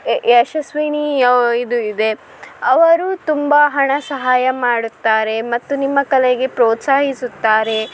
ಯಶಸ್ವಿನಿ ಇದು ಇದೆ ಅವರು ತುಂಬ ಹಣ ಸಹಾಯ ಮಾಡುತ್ತಾರೆ ಮತ್ತು ನಿಮ್ಮ ಕಲೆಗೆ ಪ್ರೋತ್ಸಾಹಿಸುತ್ತಾರೆ